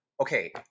okay